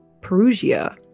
Perugia